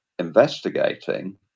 investigating